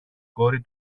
κόρη